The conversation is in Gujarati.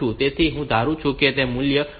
તેથી હું ધારું છું કે આ મૂલ્ય 1000 છે